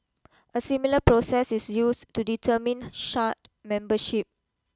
a similar process is used to determine shard membership